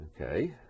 okay